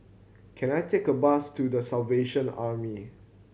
can I take a bus to The Salvation Army